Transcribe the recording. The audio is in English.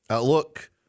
Look